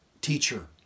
teacher